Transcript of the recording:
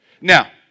Now